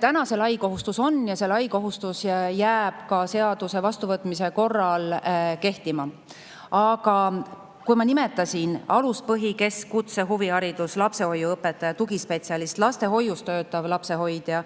Täna see lai kohustus on ja see lai kohustus jääb ka selle seaduse vastuvõtmise korral kehtima. Aga ma nimetasin: alus-, põhi-, kesk-, kutse-, huvihariduse, lastehoiu õpetaja, tugispetsialist, lastehoius töötav lapsehoidja,